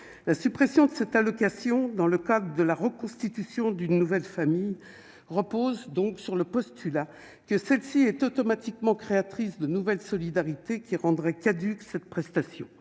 la suppression de cette allocation dans le cas de la reconstitution d'une nouvelle famille repose donc sur le postulat que celle-ci est automatiquement créatrice de nouvelles solidarités qui rendrait caduque. Prestation